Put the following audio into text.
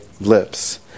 lips